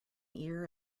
ear